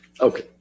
Okay